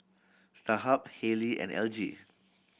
Starhub Haylee and L G